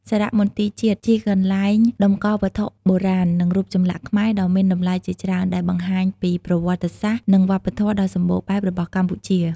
សារមន្ទីរជាតិ ជាកន្លែងតម្កល់វត្ថុបុរាណ និងរូបចម្លាក់ខ្មែរដ៏មានតម្លៃជាច្រើន ដែលបង្ហាញពីប្រវត្តិសាស្ត្រ និងវប្បធម៌ដ៏សម្បូរបែបរបស់កម្ពុជា។